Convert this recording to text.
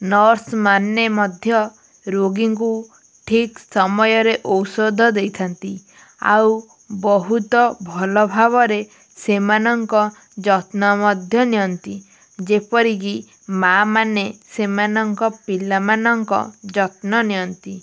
nurse ମାନେ ମଧ୍ୟ ରୋଗୀଙ୍କୁ ଠିକ୍ ସମୟରେ ଔଷଧ ଦେଇଥାନ୍ତି ଆଉ ବହୁତ ଭଲ ଭାବରେ ସେମାନଙ୍କ ଯତ୍ନ ମଧ୍ୟ ନିଅନ୍ତି ଯେପରିକି ମା ମାନେ ସେମାନଙ୍କ ପିଲାମାନଙ୍କ ଯତ୍ନ ନିଅନ୍ତି